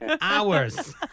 Hours